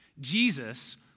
Jesus